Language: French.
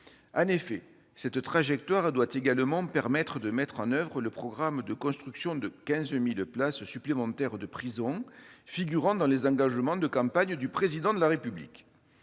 En effet, cette trajectoire doit également permettre de mettre en oeuvre le programme de construction de 15 000 places supplémentaires de prison, figurant dans les engagements de campagne du Président de la République.